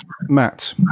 matt